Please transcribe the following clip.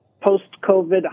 post-COVID